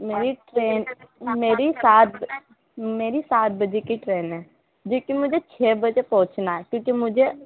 میری ٹرین میری سات میری سات بجے کی ٹرین ہے جی کہ مجھے چھ بجے پہنچنا ہے کیونکہ مجھے